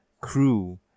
crew